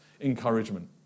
encouragement